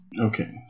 Okay